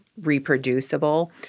reproducible